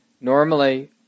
Normally